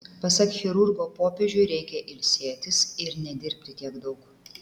pasak chirurgo popiežiui reikia ilsėtis ir nedirbti tiek daug